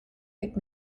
pick